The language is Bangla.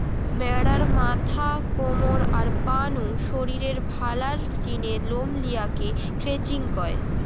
ম্যাড়ার মাথা, কমর, আর পা নু শরীরের ভালার জিনে লম লিয়া কে ক্রচিং কয়